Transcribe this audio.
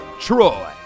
Troy